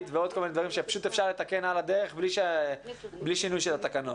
ועוד כל מיני דברים שאפשר לתקן על הדרך בלי שינוי התקנות.